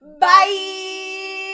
Bye